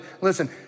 listen